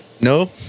No